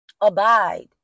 Abide